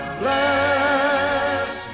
bless